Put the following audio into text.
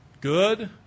Good